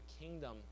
kingdom